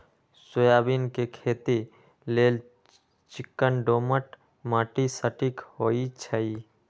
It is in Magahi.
सोयाबीन के खेती लेल चिक्कन दोमट माटि सटिक होइ छइ